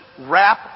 wrap